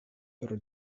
per